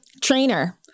trainer